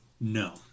No